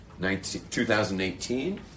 2018